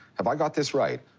have i got this right,